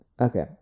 Okay